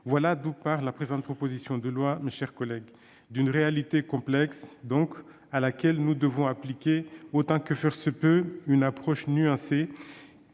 Voilà d'où part la présente proposition de loi, mes chers collègues. D'une réalité complexe, donc, à laquelle nous devons appliquer, autant que faire se peut, une approche nuancée,